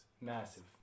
massive